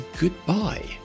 goodbye